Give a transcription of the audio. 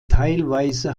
teilweise